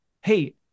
Hey